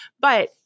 but-